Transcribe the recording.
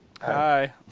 Hi